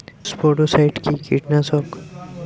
স্পোডোসাইট কি কীটনাশক?